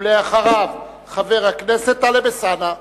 ואחריו, חבר הכנסת טלב אלסאנע.